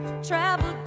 Travel